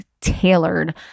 tailored